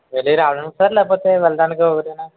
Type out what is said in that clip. వెళ్ళి రావడానికా సార్ లేకపోతే వెళ్ళడానికి ఒకటేనా